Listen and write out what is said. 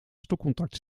stopcontact